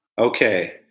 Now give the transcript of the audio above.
Okay